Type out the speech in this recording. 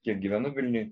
kiek gyvenu vilniuj